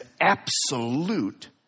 absolute